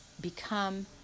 become